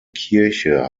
kirche